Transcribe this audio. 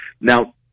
Now